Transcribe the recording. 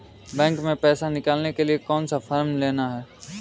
Bank में पैसा निकालने के लिए कौन सा फॉर्म लेना है?